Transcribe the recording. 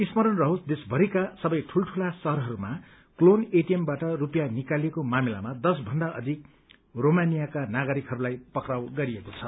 स्मरण रहोस् देशमरिका सबै ठूल्ठला शहरहरूमा क्लोन एटीएमबाट रुपियाँ निकालिएको मामिलामा दश भन्दा अधिक रोमानियाई नागरिकलाई पक्राउ गरिएको छ